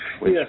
Yes